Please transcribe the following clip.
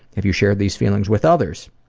have you shared these feelings with others?